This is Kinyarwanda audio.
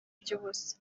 iby’ubusa